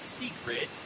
secret